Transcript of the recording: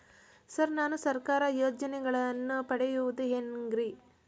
Sir ನಾನು ಸರ್ಕಾರ ಯೋಜೆನೆಗಳನ್ನು ಪಡೆಯುವುದು ಹೆಂಗ್ರಿ?